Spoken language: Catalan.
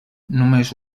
només